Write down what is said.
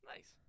Nice